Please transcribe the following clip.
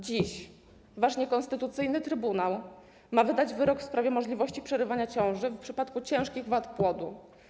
Dziś wasz niekonstytucyjny trybunał ma wydać wyrok w sprawie możliwości przerywania ciąży w przypadku ciężkich wad płodu.